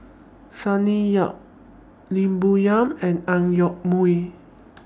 Sonny Yap Lim Bo Yam and Ang Yoke Mooi